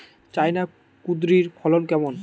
China কুঁদরীর ফলন কেমন?